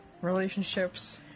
relationships